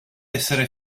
essere